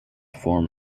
form